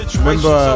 remember